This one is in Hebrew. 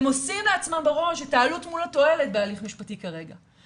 והם עושים לעצמם בראש את העלות מול תועלת בהליך משפטי כרגע.